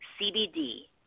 CBD